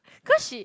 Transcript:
cause she